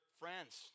friends